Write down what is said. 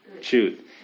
truth